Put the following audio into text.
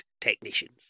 technicians